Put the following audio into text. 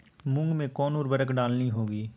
मूंग में कौन उर्वरक डालनी होगी?